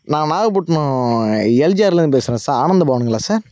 நான் நாகபட்டினோம் எல்ஜிஆர்லிருந்து பேசுறேன் சார் ஆனந்தபவனுங்களா சார்